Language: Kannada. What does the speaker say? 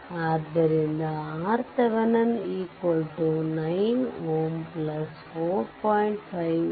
ಆದ್ದರಿಂದ ಒಟ್ಟು RThevenin 9Ω 4